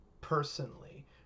personally